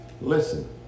Listen